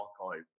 archive